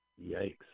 Yikes